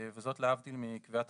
וזאת להבדיל מקביעת